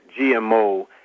GMO